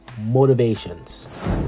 motivations